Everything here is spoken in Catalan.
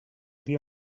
dia